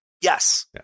Yes